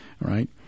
right